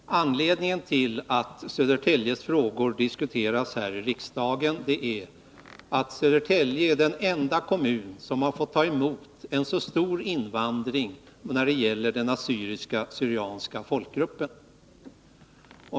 Herr talman! Anledningen till att Södertäljes frågor diskuteras här i kammaren är att Södertälje kommun är den enda kommun som har fått ta emot en så stor invandring när det gäller den assyriska/syrianska folkgruppen.